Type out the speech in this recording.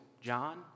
John